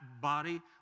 body